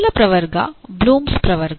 ಮೂಲ ಪ್ರವರ್ಗ ಬ್ಲೂಮ್ಸ್ ಪ್ರವರ್ಗ